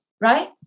right